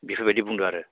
बेफोरबायदि बुंदो आरो